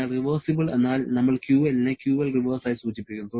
അതിനാൽ റിവേർസിബിൾ എന്നാൽ നമ്മൾ QL നെ QLrev ആയി സൂചിപ്പിക്കുന്നു